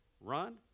Run